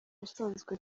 usanzwe